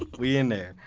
we in there!